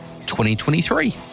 2023